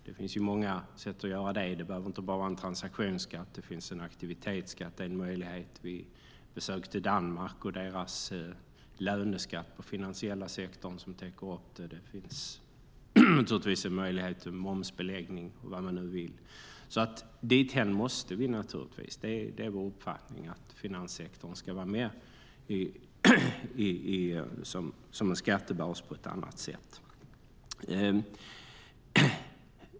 Det finns många sätt att göra det. Det behöver inte bara vara en transaktionsskatt. Aktivitetsskatt är en möjlighet. Vi besökte Danmark, och de har en löneskatt på den finansiella sektorn som täcker upp. Det finns också möjligheten till momsbeläggning och vad man nu vill. Dithän måste vi naturligtvis. Det är vår uppfattning att finanssektorn ska vara med som en skattebas på ett annat sätt.